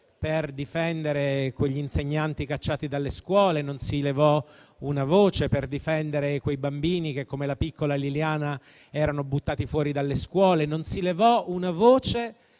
per difendere gli insegnanti cacciati dalle scuole; non si levò una voce per difendere i bambini che, come la piccola Liliana, venivano buttati fuori dalle scuole; non si levò una voce